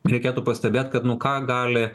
reikėtų pastebėt kad nu ką gali